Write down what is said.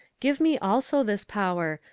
give me also this power,